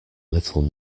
little